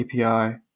API